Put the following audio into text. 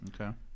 Okay